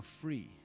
free